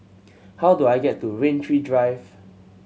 how do I get to Rain Tree Drive